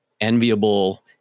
enviable